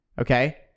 Okay